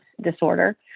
disorder